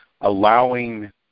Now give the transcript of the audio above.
allowing